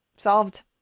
solved